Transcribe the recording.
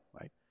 right